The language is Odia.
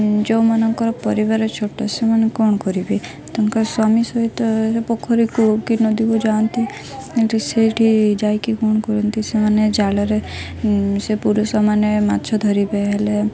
ଯେଉଁମାନଙ୍କର ପରିବାର ଛୋଟ ସେମାନେ କ'ଣ କରିବେ ତାଙ୍କ ସ୍ୱାମୀ ସହିତ ପୋଖରୀକୁ କି ନଦୀକୁ ଯାଆନ୍ତି ସେଇଠି ଯାଇକି କ'ଣ କରନ୍ତି ସେମାନେ ଜାଲରେ ସେ ପୁରୁଷମାନେ ମାଛ ଧରିବେ ହେଲେ